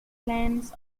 glands